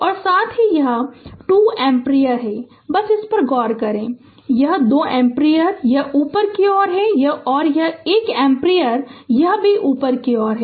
और साथ ही यह 2 एम्पीयर बस इस पर गौर करें यह 2 एम्पीयर यह ऊपर की ओर है और यह 1 एम्पीयर यह भी ऊपर की ओर है